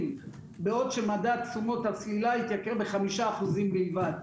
בעוד שמדד תשומות הסלילה התייקר ב-5% בלבד.